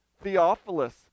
Theophilus